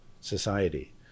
society